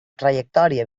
trajectòria